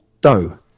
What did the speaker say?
dough